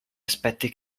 aspetti